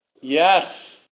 Yes